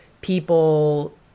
people